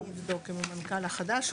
אני אבדוק עם המנכ"ל החדש.